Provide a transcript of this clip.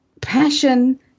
Passion